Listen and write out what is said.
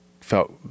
felt